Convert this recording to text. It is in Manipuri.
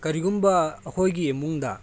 ꯀꯔꯤꯒꯨꯝꯕ ꯑꯩꯈꯣꯏꯒꯤ ꯏꯃꯨꯡꯗ